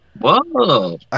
Whoa